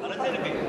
על איזה ריבית?